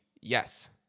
yes